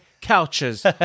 couches